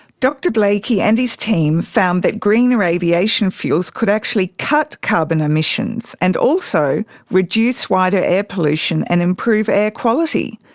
dr blakey and his team found that greener aviation fuels could actually cut carbon emissions and also reduce wider air pollution and improve air quality.